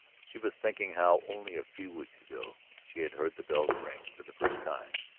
she was thinking how, only a few weeks ago, she had heard the bells ring for the first time,